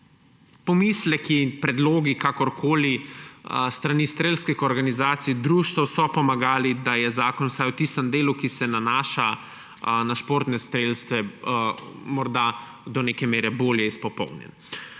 Pomisleki in predlogi s strani strelskih organizacij, društev so pomagali, da je zakon vsaj v tistem delu, ki se nanaša na športne strelce, morda do neke mere bolje izpopolnjen.